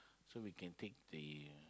so we can take the